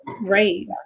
Right